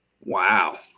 Wow